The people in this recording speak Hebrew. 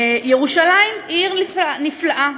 ירושלים היא עיר נפלאה,